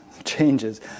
Changes